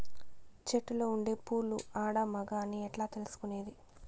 చెట్టులో ఉండే పూలు ఆడ, మగ అని ఎట్లా తెలుసుకునేది?